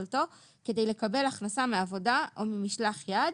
כי הוא עשה את כל אשר ביכולתו כדי לקבל הכנסה מעבודה או ממשלח יד.